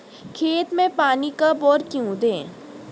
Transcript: खेत में पानी कब और क्यों दें?